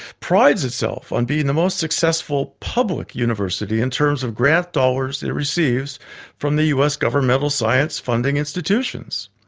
prides itself on being the most successful, public university in terms of grant dollars it receives from the us governmental science funding institutions.